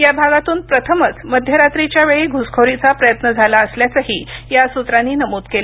या भागातून प्रथमच मध्यरात्रीच्यावेळी घुसखोरीचा प्रयत्न झाला असल्याचंही या सूत्रांनी नमूद केलं